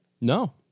No